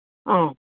आं